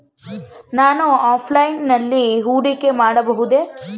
ನಾವು ಆಫ್ಲೈನ್ ನಲ್ಲಿ ಹೂಡಿಕೆ ಮಾಡಬಹುದೇ?